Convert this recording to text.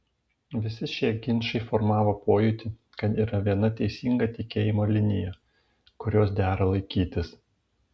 visi šie ginčai formavo pojūtį kad yra viena teisinga tikėjimo linija kurios dera laikytis